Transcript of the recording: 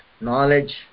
knowledge